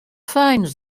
finds